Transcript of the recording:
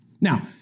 Now